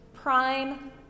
prime